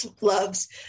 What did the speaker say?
loves